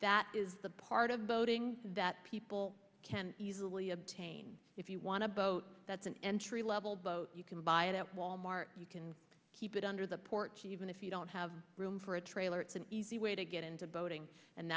that is the part of boating that people can easily obtain if you want to boat that's an entry level boat you can buy it at wal mart you can keep it under the porch even if you don't have room for a trailer it's an easy way to get into boating and